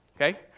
Okay